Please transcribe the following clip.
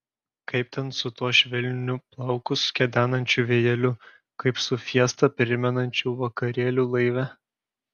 kaip ten su tuo švelniu plaukus kedenančiu vėjeliu kaip su fiestą primenančiu vakarėliu laive